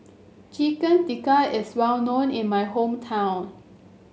Chicken Tikka is well known in my hometown